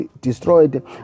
destroyed